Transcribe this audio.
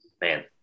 Man